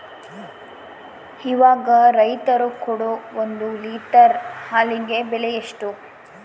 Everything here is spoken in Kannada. ಇವಾಗ ರೈತರು ಕೊಡೊ ಒಂದು ಲೇಟರ್ ಹಾಲಿಗೆ ಬೆಲೆ ಎಷ್ಟು?